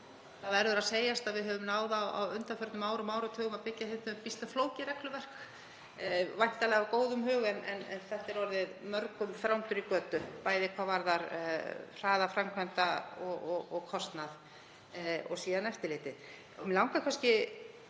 það verður að segjast eins og er að við höfum náð á undanförnum árum og áratugum að byggja upp býsna flókið regluverk, væntanlega af góðum hug en þetta er orðið mörgum þrándur í götu, bæði hvað varðar hraða framkvæmda og kostnað og síðan eftirlitið.